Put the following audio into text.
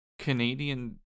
Canadian